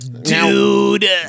dude